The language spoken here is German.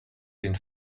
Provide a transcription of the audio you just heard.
den